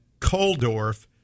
Koldorf